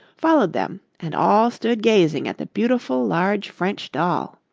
followed them, and all stood gazing at the beautiful large french doll.